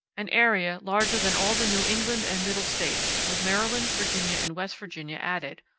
an area larger than all the new england and middle states with maryland, virginia and west virginia added,